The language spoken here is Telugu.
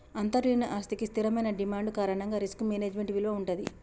అంతర్లీన ఆస్తికి స్థిరమైన డిమాండ్ కారణంగా రిస్క్ మేనేజ్మెంట్ విలువ వుంటది